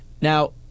now